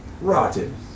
rotten